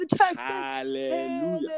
Hallelujah